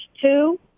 two